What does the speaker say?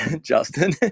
Justin